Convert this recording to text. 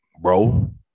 bro